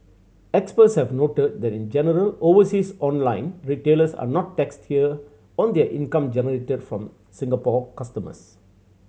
experts have noted that in general overseas online retailers are not taxed here on their income generated from Singapore customers